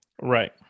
right